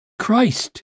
Christ